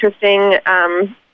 interesting